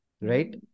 Right